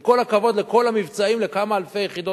עם כל הכבוד לכל המבצעים על כמה אלפי יחידות